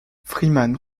freeman